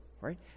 right